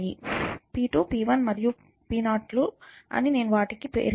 p2 p1 మరియు p0 లు నేను వాటికి ఇస్తున్న పేర్లు